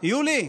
יולי,